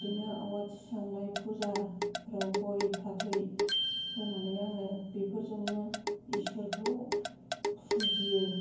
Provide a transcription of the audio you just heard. बिदिनो आवाथि सावनाय फुजाफोराव गय फाथै होनानै आङो बेफोरजोंनो इसोरखौ फुजियो